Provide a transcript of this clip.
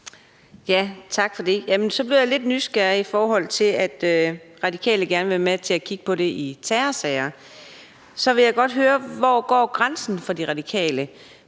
Tak for det. Jeg blev lidt nysgerrig, når Radikale gerne vil være med til at kigge på det i terrorsager. Så vil jeg godt høre, hvor grænsen går for De Radikale.